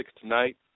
tonight